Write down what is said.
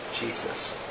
Jesus